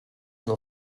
nur